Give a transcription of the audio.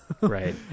Right